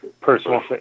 Personal